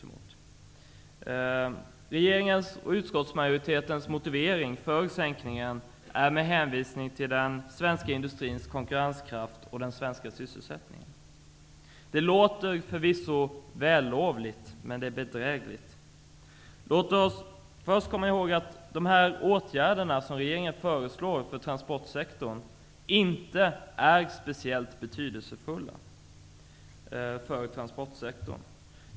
I regeringens och utskottsmajoritetens motivering för sänkningen hänvisas till den svenska industrins konkurrenskraft och till den svenska sysselsättningen. Det verkar förvisso vällovligt, men det är bedrägligt. Låt oss först och främst komma ihåg att de åtgärder som regeringen föreslår gällande transportsektorn inte är speciellt betydelsefulla för denna.